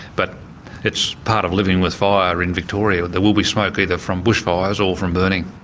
but it's part of living with fire in victoria. there will be smoke, either from bushfires or from burning.